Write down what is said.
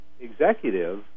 executive